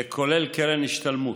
זה כולל קרן השתלמות.